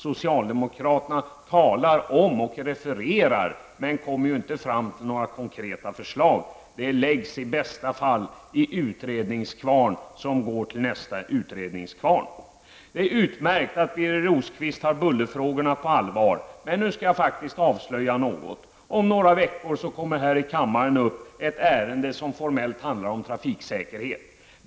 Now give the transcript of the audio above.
Socialdemokraterna talar om och refererar till, men kommer inte fram till några konkreta förslag. Frågan läggs i bästa fall i en utredningskvarn, innan den förs över till nästa utredningskvarn. Det är utmärkt att Birger Rosqvist tar bullerfrågorna på allvar, men jag skall här faktiskt göra ett avslöjande. Om några veckor kommer här i kammaren upp ett ärende som formellt handlar om trafiksäkerhet.